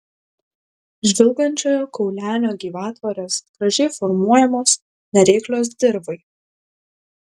žvilgančiojo kaulenio gyvatvorės gražiai formuojamos nereiklios dirvai